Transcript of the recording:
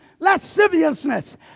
lasciviousness